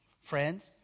Friends